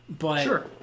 Sure